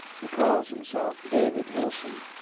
he calls himself david wilson.